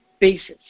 basis